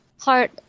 Heart